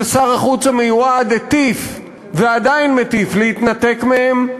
ששר החוץ המיועד הטיף ועדיין מטיף להתנתק מהם?